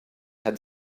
had